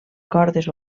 cordes